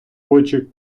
очі